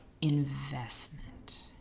investment